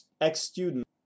ex-student